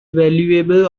valuable